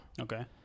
okay